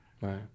Right